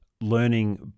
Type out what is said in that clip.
learning